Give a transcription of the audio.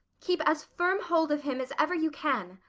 keep as firm hold of him as ever you can.